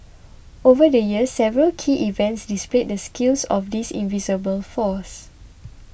over the years several key events displayed the skills of this invisible force